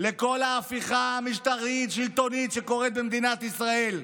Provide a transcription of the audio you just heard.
לכל ההפיכה המשטרית השלטונית שקורית במדינת ישראל,